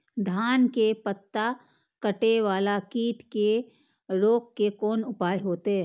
धान के पत्ता कटे वाला कीट के रोक के कोन उपाय होते?